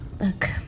Look